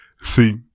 See